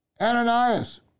Ananias